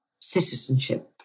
citizenship